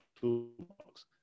toolbox